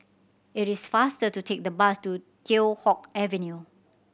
it is faster to take the bus to Teow Hock Avenue